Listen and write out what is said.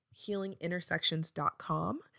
healingintersections.com